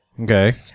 Okay